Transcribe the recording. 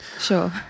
Sure